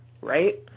right